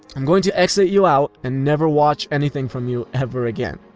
i'm going to exit you out and never watch anything from you ever again.